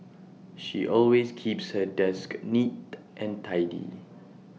she always keeps her desk neat and tidy